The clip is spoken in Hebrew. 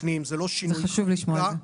לא שינוי חקיקה.